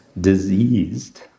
diseased